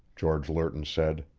george lerton said.